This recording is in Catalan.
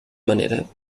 manera